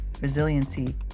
resiliency